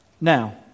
Now